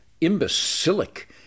imbecilic